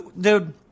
dude